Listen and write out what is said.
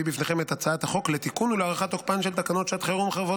הצעת חוק לתיקון ולהארכת תוקפן של תקנות שעת חירום (חרבות